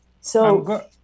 So-